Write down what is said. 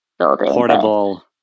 Portable